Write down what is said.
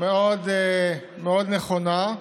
מאוד נכונה.